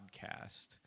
podcast